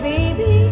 Baby